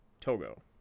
Togo